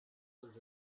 was